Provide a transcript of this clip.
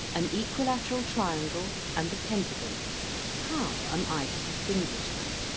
an equilateral triangle and a pentagon how am i to distinguish them?